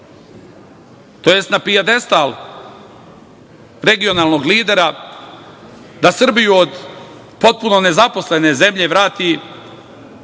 tj. na pijedestal regionalnog lidera, da Srbiju od potpuno nezaposlene zemlje vrati